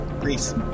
Grease